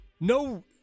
No